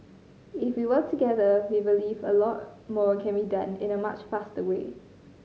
if we work together we believe a lot more can be done in a much faster way